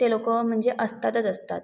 ते लोकं म्हणजे असतातच असतात